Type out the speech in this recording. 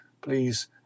Please